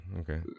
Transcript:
Okay